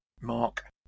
mark